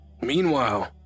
Meanwhile